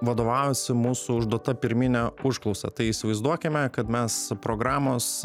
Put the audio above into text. vadovaujasi mūsų užduota pirmine užklausa tai įsivaizduokime kad mes programos